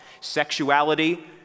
Sexuality